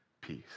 peace